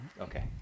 Okay